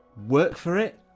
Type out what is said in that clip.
work for it,